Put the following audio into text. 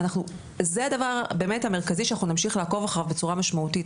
זה הדבר באמת המרכזי שאנחנו נמשיך לעקוב אחריו בצורה משמעותית,